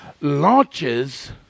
launches